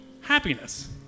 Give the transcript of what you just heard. happiness